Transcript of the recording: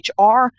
HR